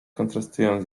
kontrastują